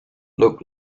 look